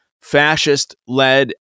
fascist-led